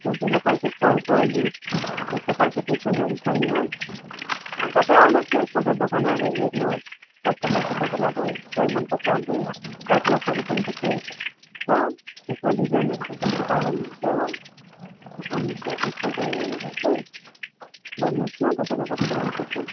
ठुल्ठुलो खालको कर्लको अहिले त्यस्तो खालको फेसनहरू छ नि हो तपाईँ आउनुहोस् न एकपल्ट दोकानमा आएर हेर्नुहोस् कस्तो खालको तपाईँलाई अब हेयरस्टाइल मनपर्छ हाम्रो यहाँ क्याटलकहरू पनि थुप्रै छ त्यसमा डिजाइनहरू पनि तपाईँले पाइहाल्नु हुन्छ हो अन्त एकपल्ट हेरेर चाहिँ भन्नुहोस् न तपाईँलाई कस्तो मनपर्छ